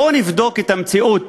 בואו נבדוק את המציאות